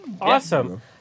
Awesome